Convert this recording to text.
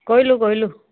কৰিলো কৰিলো